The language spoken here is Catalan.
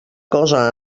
cosa